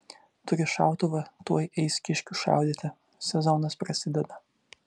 turi šautuvą tuoj eis kiškių šaudyti sezonas prasideda